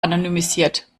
anonymisiert